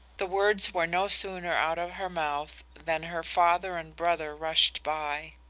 the words were no sooner out of her mouth than her father and brother rushed by.